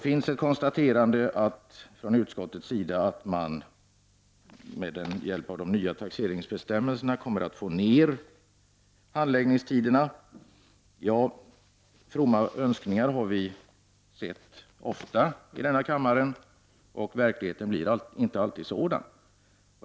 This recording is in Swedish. Utskottet konstaterar att man med hjälp av de nya taxeringsbestämmelserna kommer att få ned handläggningstiderna. Fromma önskningar har vi sett ofta i denna kammare. Verkligheten blir inte alltid sådan.